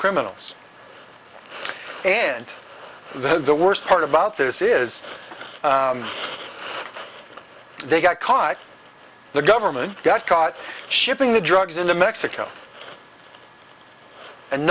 criminals and the worst part about this is they got caught the government got caught shipping the drugs into mexico and